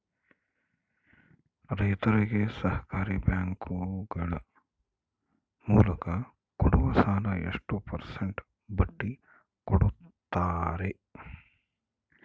ರೈತರಿಗೆ ಸಹಕಾರಿ ಬ್ಯಾಂಕುಗಳ ಮೂಲಕ ಕೊಡುವ ಸಾಲ ಎಷ್ಟು ಪರ್ಸೆಂಟ್ ಬಡ್ಡಿ ಕೊಡುತ್ತಾರೆ?